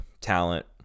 talent